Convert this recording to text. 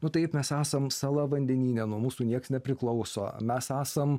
nu taip mes esam sala vandenyne nuo mūsų nieks nepriklauso mes esam